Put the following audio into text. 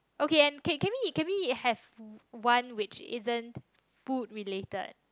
okay and can we can we have one which isn't food related